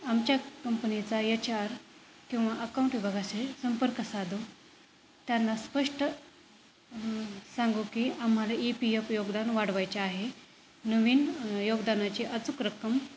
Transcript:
आमच्या कंपनीचा H R किंवा अकाऊंट विभागाशी संपर्क साधू त्यांना स्पष्ट सांगू की आम्हाला ई पी एफ योगदान वाढवायचे आहे नवीन योगदानाची अचूक रक्कम